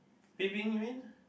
peeping you mean